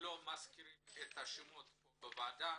לא מזכירים את השמות כאן בוועדה,